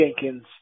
Jenkins